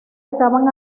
acaban